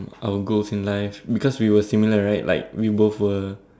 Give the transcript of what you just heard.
our goals in life because we were similar in life right like we both were